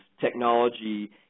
technology